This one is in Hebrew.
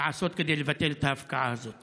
לעשות כדי לבטל את ההפקעה הזאת.